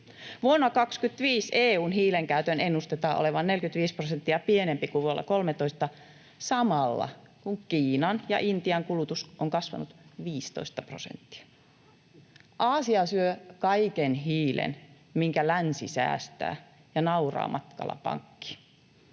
Vuonna 25 EU:n hiilenkäytön ennustetaan olevan 45 prosenttia pienempi kuin vuonna 13, samalla kun Kiinan ja Intian kulutus on kasvanut 15 prosenttia. Aasia syö kaiken hiilen, minkä länsi säästää, ja nauraa matkalla pankkiin.